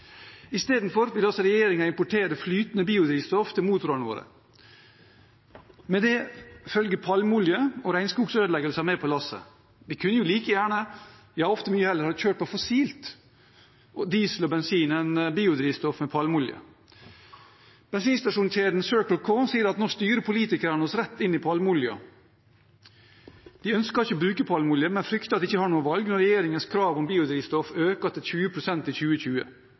Istedenfor vil altså regjeringen importere flytende biodrivstoff til motorene våre. Med det følger palmeolje og regnskogødeleggelser med på lasset. Vi kunne like gjerne, ja ofte mye heller, kjørt på fossilt, diesel og bensin, enn på biodrivstoff med palmeolje. Bensinstasjonkjeden Circle K sier at nå styrer politikerne oss rett inn i palmeoljen. De ønsker ikke å bruke palmeolje, men frykter at de ikke har noe valg når regjeringens krav om biodrivstoff øker til 20 pst. i 2020.